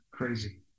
crazy